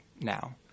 now